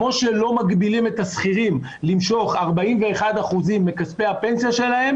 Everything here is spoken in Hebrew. כמו שלא מגבילים את השכירים למשוך 41% מכספי הפנסיה שלהם